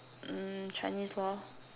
mm Chinese lor